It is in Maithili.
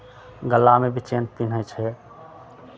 गलामे भी चेन पिन्है छै